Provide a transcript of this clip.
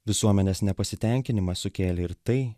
visuomenės nepasitenkinimą sukėlė ir tai